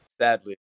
Sadly